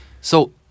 So-